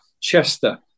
Chester